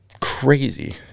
crazy